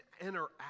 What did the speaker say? interact